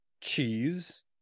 Cheese